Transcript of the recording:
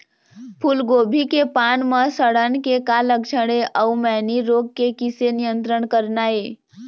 फूलगोभी के पान म सड़न के का लक्षण ये अऊ मैनी रोग के किसे नियंत्रण करना ये?